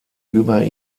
über